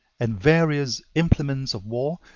and various implements of war,